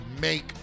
make